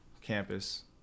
campus